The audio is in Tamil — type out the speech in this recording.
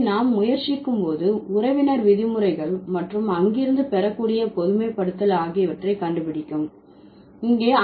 எனவே நாம் முயற்சிக்கும் போது உறவினர் விதிமுறைகள் மற்றும் அங்கிருந்து பெறக்கூடிய பொதுமைப்படுத்தல் ஆகியவற்றை கண்டுபிடிக்கவும்